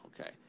Okay